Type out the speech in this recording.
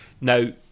Now